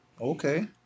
Okay